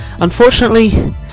unfortunately